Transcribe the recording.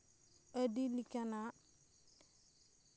ᱟᱹᱰᱤ ᱞᱮᱠᱟᱱᱟᱜ